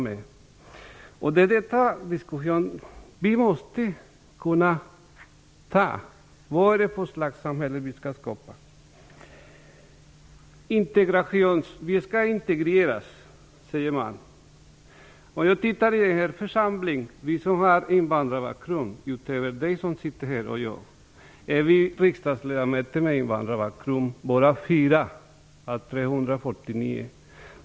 Vi måste kunna ta en diskussion. Vad är det för slags samhälle vi skall skapa? Invandrarna skall integreras, säger man. När jag ser på vilka som har invandrarbakgrund i den här församlingen, utöver Laila Freivalds, som sitter här, och jag, är vi riksdagsledamöter med invandrarbakgrund bara 4 av 349.